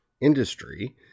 industry